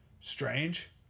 Strange